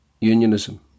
unionism